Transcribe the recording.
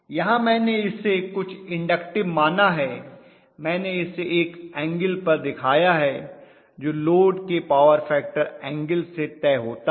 यहाँ मैंने इसे कुछ इन्डक्टिव माना है मैंने इसे एक एंगल पर दिखाया है जो लोड के पॉवर फैक्टर एंगल से तय होता है